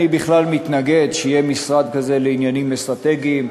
אני בכלל מתנגד לכך שיהיה משרד כזה לעניינים אסטרטגיים,